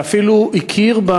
ואפילו הכיר,